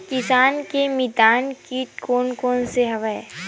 किसान के मितान कीट कोन कोन से हवय?